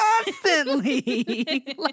constantly